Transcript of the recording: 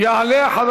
יעלה חבר